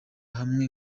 hamwe